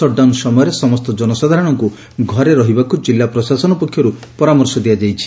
shutdown ସମୟରେ ସମ୍ ଜନସାଧାରଣଙ୍କୁ ଘରେ ରହିବାକୁ ଜିଲ୍ଲା ପ୍ରଶାସନ ପକ୍ଷରୁ ପରାମର୍ଶ ଦିଆଯାଇଛି